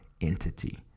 entity